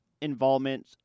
involvement